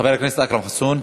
חבר הכנסת אכרם חסון,